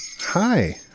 Hi